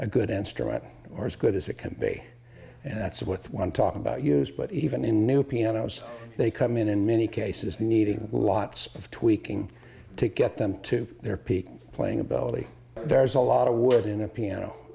a good instrument or as good as it can be and that's what's one talk about used but even in new pianos they come in in many cases needing lots of tweaking to get them to their peak playing ability there's a lot of work in a piano